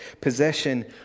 possession